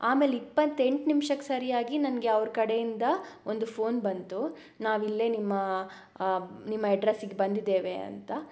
ಆಮೇಲೆ ಇಪ್ಪತೆಂಟು ನಿಮ್ಷಕ್ಕೆ ಸರಿಯಾಗಿ ನನಗೆ ಅವ್ರ ಕಡೆಯಿಂದ ಒಂದು ಫೋನ್ ಬಂತು ನಾವಿಲ್ಲೇ ನಿಮ್ಮ ನಿಮ್ಮ ಅಡ್ರೆಸಿಗೆ ಬಂದಿದ್ದೇವೆ ಅಂತ